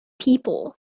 people